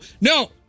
no